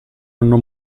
hanno